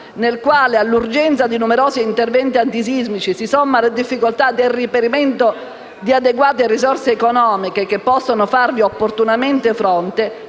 nel quale, all'urgenza di numerosi interventi antisismici, si somma la difficoltà del reperimento di adeguate risorse economiche che possano farvi opportunamente fronte,